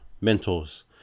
mentors